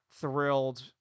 thrilled